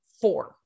four